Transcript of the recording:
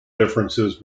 differences